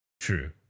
True